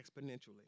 exponentially